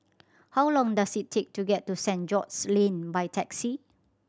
how long does it take to get to Saint George's Lane by taxi